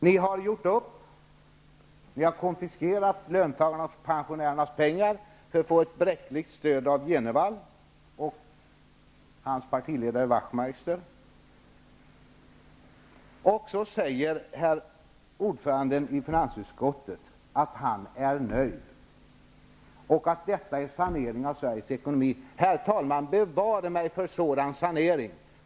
Ni har gjort upp; ni har konfiskerat löntagarnas och pensionärernas pengar för att få ett bräckligt stöd av Jenevall och hans partiledare Och så säger herr ordföranden i finansutskottet att han är nöjd med saneringen av Sveriges ekonomi. Herr talman! Bevare mig väl för en sådan sanering!